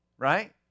Right